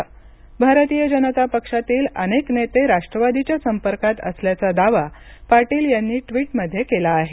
त्याच बरोबर भारतीय जनता पक्षातील अनेक नेते राष्ट्रवादीच्या संपर्कात असल्याचा दावा पाटील यांनी ट्वीटमध्ये केला आहे